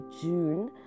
June